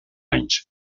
anys